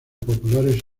populares